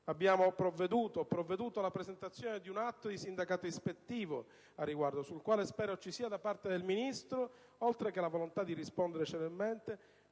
Ho provveduto alla presentazione di un atto di sindacato ispettivo al riguardo, sul quale spero ci sia da parte del Ministro, oltre che la volontà di rispondere celermente